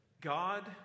God